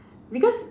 because